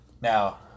Now